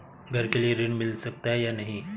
घर के लिए ऋण मिल सकता है या नहीं?